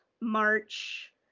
March